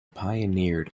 pioneered